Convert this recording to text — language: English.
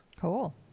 Cool